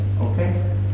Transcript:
Okay